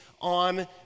on